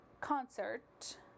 concert